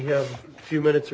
have a few minutes